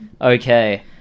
Okay